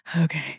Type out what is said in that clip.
okay